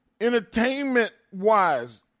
Entertainment-wise